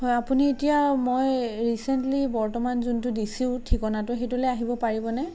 হয় আপুনি এতিয়া মই ৰিচেণ্টলি বৰ্তমান যোনটো দিছোঁ ঠিকনাটো সেইটোলৈ আহিব পাৰিবনে